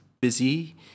busy